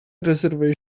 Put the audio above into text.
reservation